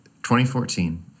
2014